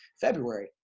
february